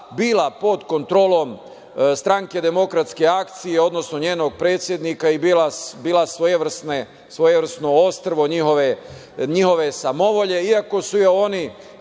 bila pod kontrolom stranke Demokratske akcije, odnosno njenog predsednika i bila svojevrsno ostrvo njihove samovolje. Iako su je oni